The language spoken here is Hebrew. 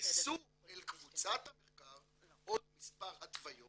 -- הוכנסו אל קבוצת המחקר עוד מספר התוויות